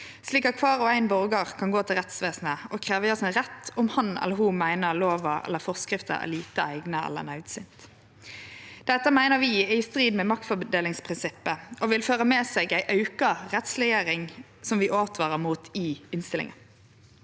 slik at kvar og ein borgar kan gå til rettsvesenet og krevje sin rett om han eller ho meiner lova eller forskrifta er lite eigna eller naudsynt. Dette meiner vi er i strid med maktfordelingsprinsippet, og at det vil føre med seg ei auka rettsleggjering, som vi åtvarar mot i innstillinga.